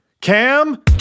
Cam